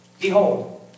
Behold